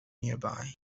nearby